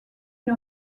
une